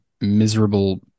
miserable